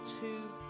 two